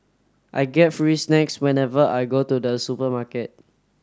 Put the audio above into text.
I get free snacks whenever I go to the supermarket